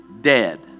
dead